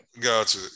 Gotcha